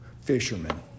Fishermen